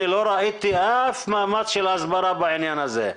לא ראיתי אף מאמץ של הסברה בעניין הזה,